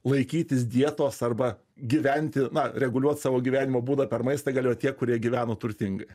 laikytis dietos arba gyventi na reguliuot savo gyvenimo būdą per maistą galėjo tie kurie gyveno turtingai